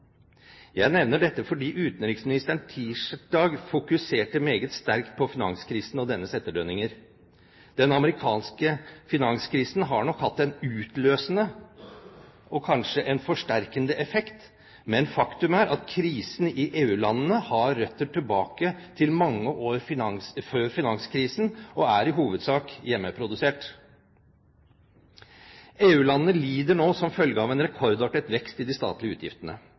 Jeg nevner dette fordi utenriksministeren tirsdag fokuserte meget sterkt på finanskrisen og dennes etterdønninger. Den amerikanske finanskrisen har nok hatt en utløsende og kanskje en forsterkende effekt, men faktum er at krisen i EU-landene har røtter tilbake til mange år før finanskrisen og er i hovedsak hjemmeprodusert. EU-landene lider nå som følge av en rekordartet vekst i de statlige utgiftene.